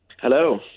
Hello